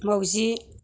मावजि